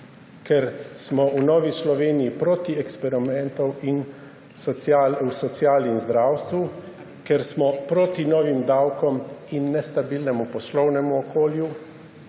ker smo v Novi Sloveniji proti eksperimentom v sociali in zdravstvu, ker smo proti novim davkom in nestabilnemu poslovnemu okolju,